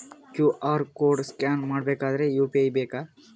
QR code scan ಮಾಡಬೇಕಾದರೆ UPI ಬೇಕಾ?